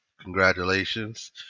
Congratulations